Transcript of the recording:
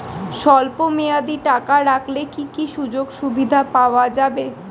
স্বল্পমেয়াদী টাকা রাখলে কি কি সুযোগ সুবিধা পাওয়া যাবে?